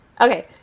Okay